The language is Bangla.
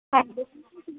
একদম